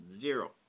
zero